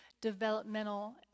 developmental